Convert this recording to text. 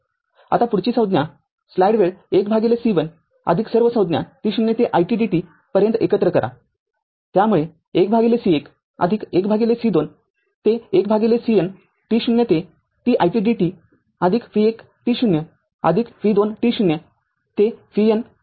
आता पुढची संज्ञा स्लाईड वेळ १C१ सर्व संज्ञा t0ते it dt पर्यंत एकत्र करात्यामुळे १C१ १C२ते १CN t0 ते t it dt v१ t0 v२ t0 ते vn t0 इतकी असेल